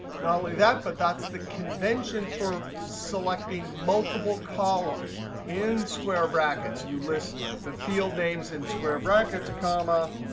not only that, but that's the convention for selecting multiple columns in square brackets. you list the field names in square brackets comma,